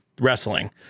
wrestling